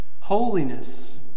holiness